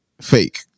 fake